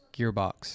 gearbox